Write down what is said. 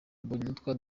mbonyumutwa